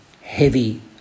heavy